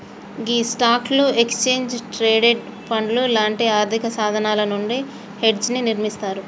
గీ స్టాక్లు, exchange traded పండ్లు లాంటి ఆర్థిక సాధనాలు నుండి హెడ్జ్ ని నిర్మిస్తారు